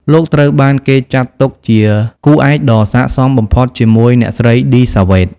លោកត្រូវបានគេចាត់ទុកជាគូឯកដ៏ស័ក្តិសមបំផុតជាមួយអ្នកស្រី ឌី សាវ៉េត។